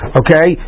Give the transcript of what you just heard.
okay